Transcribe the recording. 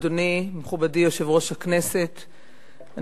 אדוני מכובדי יושב-ראש הכנסת,